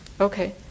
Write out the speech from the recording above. Okay